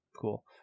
Cool